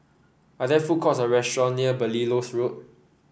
are there food courts or restaurant near Belilios Road